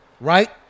Right